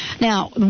Now